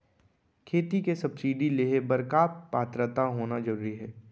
खेती के सब्सिडी लेहे बर का पात्रता होना जरूरी हे?